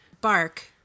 bark